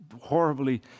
horribly